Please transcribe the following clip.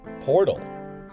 portal